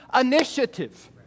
initiative